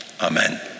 Amen